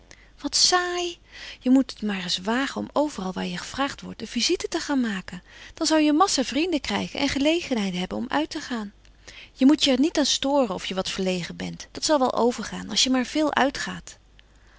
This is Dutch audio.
wat saai je moest het maar eens wagen om overal waar je gevraagd wordt een visite te gaan maken dan zou je een massa vrienden krijgen en gelegenheid hebben om uit te gaan je moet j er niet aan storen of je wat verlegen bent dat zal wel overgaan als je maar veel uitgaat